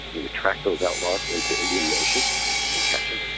he would track those outlaws into indian nation and catch them.